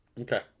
Okay